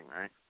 right